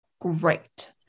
Great